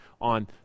on